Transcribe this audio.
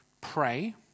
pray